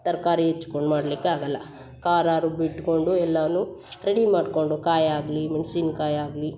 ತರಕಾರಿ ಹೆಚ್ಕೊಂಡು ಮಾಡಲಿಕ್ಕಾಗಲ್ಲ ಕಾರಾರು ಬಿಟ್ಕೊಂಡು ಎಲ್ಲಾ ರೆಡಿ ಮಾಡ್ಕೊಂಡು ಕಾಯಿ ಆಗಲಿ ಮೆಣ್ಸಿನ್ಕಾಯಿ ಆಗಲಿ